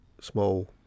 small